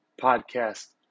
Podcast